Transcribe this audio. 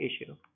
issue